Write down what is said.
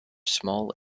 small